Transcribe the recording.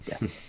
yes